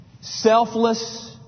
selfless